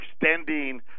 extending